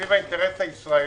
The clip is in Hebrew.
סביב האינטרס הישראלי.